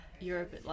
Europe